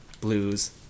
blues